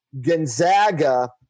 Gonzaga